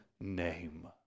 name